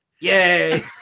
Yay